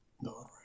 No